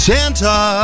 Santa